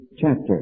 Chapter